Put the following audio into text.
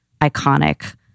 iconic